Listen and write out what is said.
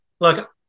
Look